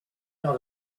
not